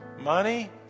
money